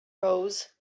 rose